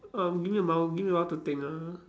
um give me a mom~ give me a while to think ah